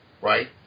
Right